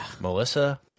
Melissa